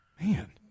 Man